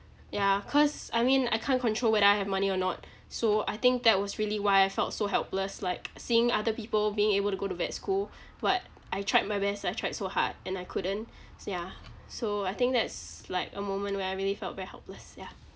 yeah cause I mean I can't control whether I have money or not so I think that was really why I felt so helpless like seeing other people being able to go to vet school but I tried my best I tried so hard and I couldn't so ya so I think that's like a moment where I really felt very helpless yeah